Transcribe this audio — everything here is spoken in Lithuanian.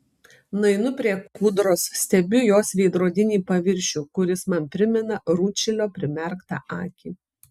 nueinu prie kūdros stebiu jos veidrodinį paviršių kuris man primena rūdšilio primerktą akį